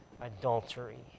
adultery